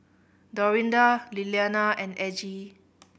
Dorinda Lilianna and Aggie